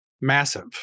Massive